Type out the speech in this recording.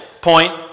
point